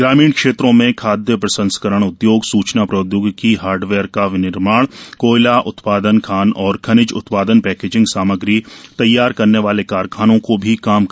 ग्रामीण क्षेत्रों में खाद्य प्रसंस्करण उद्योग सूचना प्रौद्योगिकी हार्डवेयर का विनिर्माण कोयला उत्पादन खान और खनिज उत्पादन पैकेजिंग सामग्री तैयार करने वाले कारखानों को भी काम करने की अनुमति होगी